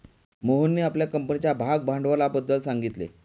मोहनने आपल्या कंपनीच्या भागभांडवलाबद्दल सांगितले